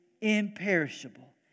imperishable